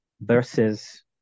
versus